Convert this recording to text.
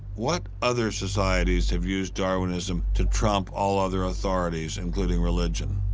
what other societies have used darwinism to trump all other authorities, including religion?